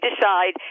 decide